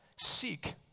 seek